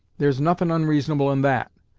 there's nothin' onreasonable in that,